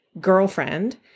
girlfriend